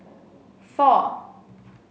four